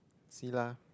see lah